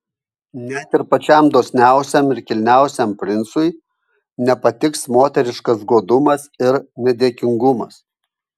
net ir pačiam dosniausiam ir kilniausiam princui nepatiks moteriškas godumas ir nedėkingumas